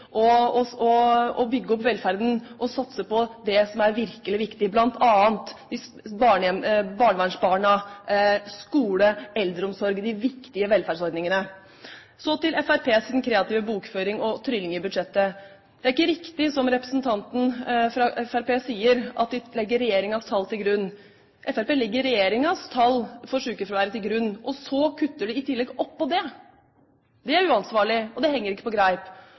vi finner rom til å bygge opp velferden og satse på det som er virkelig viktig, bl.a. barnevernsbarna, skole og eldreomsorg – de viktige velferdsordningene. Så til Fremskrittspartiets kreative bokføring og trylling i budsjettet. Det er ikke riktig, som representanten fra Fremskrittspartiet sier, at de legger regjeringens tall til grunn. Fremskrittspartiet legger regjeringens tall for sykefraværet til grunn, og så kutter de i tillegg til det. Det er uansvarlig, og det henger ikke på greip.